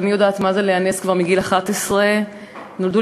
ואני יודעת מה זה להיאנס כבר מגיל 11. נולדו